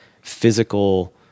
physical